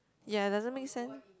ya doesn't make sense